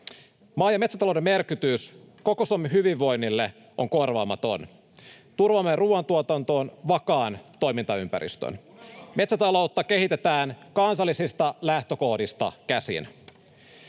Maa- ja metsätalouden merkitys koko Suomen hyvinvoinnille on korvaamaton. Turvaamme ruuantuotantoon vakaan toimintaympäristön. [Sebastian Tynkkynen: Kuunnelkaa, keskusta!] Metsätaloutta kehitetään kansallisista lähtökohdista käsin.